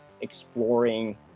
exploring